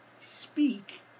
speak